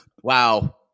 Wow